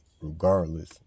regardless